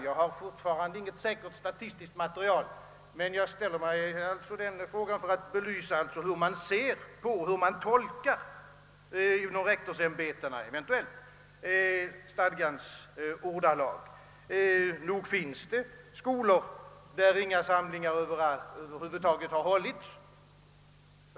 Jag har fortfarande inte något säkert statistiskt material, men för att belysa hur man inom rektorsämbetena eventuellt tolkar stadgans ordalag ställer jag frågan: Finns det skolor där inga samlingar över huvud taget har hållits?